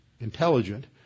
intelligent